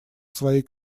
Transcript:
своей